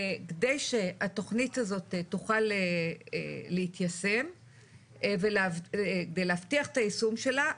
כדי שהתכנית הזאת תוכל להתיישם ולהבטיח את היישום שלה,